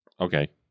Okay